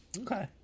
okay